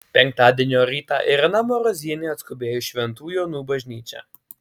penktadienio rytą irena marozienė atskubėjo į šventų jonų bažnyčią